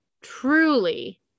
truly